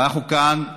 ואנחנו, כאן,